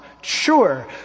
sure